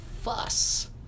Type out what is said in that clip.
fuss